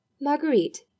Marguerite